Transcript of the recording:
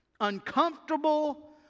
uncomfortable